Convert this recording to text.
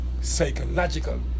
psychological